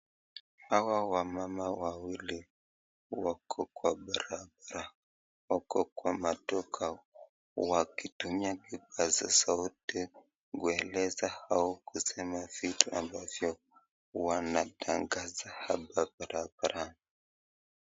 Hawa wamama wawili wako kwa barabara, wako kwa maduka wakitumia kipaza sauti kuelza hao kusema vitu ambavyo wanatangaza hapa barabara.